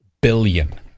billion